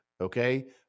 Okay